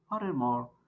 Furthermore